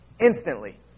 Instantly